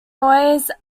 noise